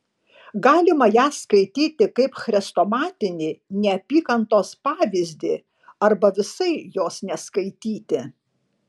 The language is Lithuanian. galima ją skaityti kaip chrestomatinį neapykantos pavyzdį arba visai jos neskaityti